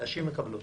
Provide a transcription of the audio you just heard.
- נשים מקבלות